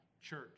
church